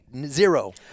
zero